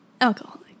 Alcoholic